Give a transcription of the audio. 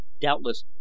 doubtless